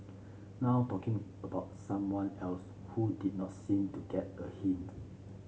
now talking about someone else who did not seem to get a hint